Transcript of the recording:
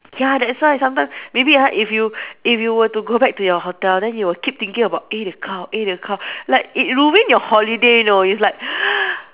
ya that's why sometime maybe ha if you if you were to go back to your hotel then you will keep thinking about eight o-clock eight o-clock like it ruining your holiday you know it's like